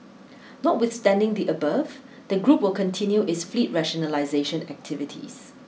notwithstanding the above the group will continue its fleet rationalisation activities